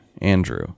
Andrew